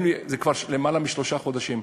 זה כבר למעלה משלושה חודשים,